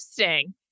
interesting